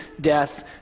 death